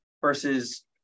versus